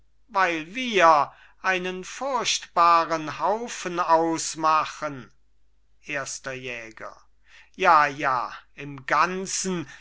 weil wir einen furchtbaren haufen ausmachen erster jäger ja ja im ganzen